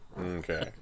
Okay